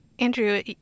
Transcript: Andrew